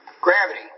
gravity